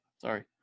sorry